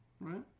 Right